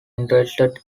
interested